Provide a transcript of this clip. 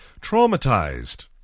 traumatized